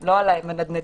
לא על המנדנדים.